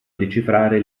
decifrare